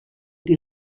des